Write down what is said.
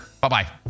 Bye-bye